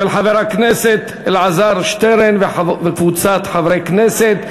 של חבר הכנסת אלעזר שטרן וקבוצת חברי הכנסת,